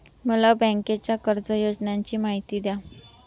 मला बँकेच्या कर्ज योजनांची माहिती द्या